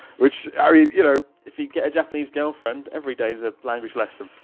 which, i mean, you know. if you get a japanese girlfriend, every day is a language lesson.